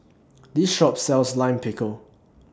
This Shop sells Lime Pickle